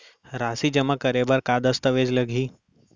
राशि जेमा करे बर का दस्तावेज लागही?